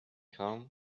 home